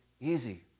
easy